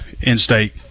in-state